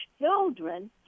children